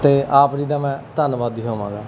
ਅਤੇ ਆਪ ਜੀ ਦਾ ਮੈਂ ਧੰਨਵਾਦੀ ਹੋਵਾਂਗਾ